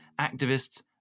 activists